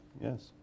yes